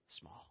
small